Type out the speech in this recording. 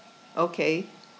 okay